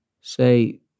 say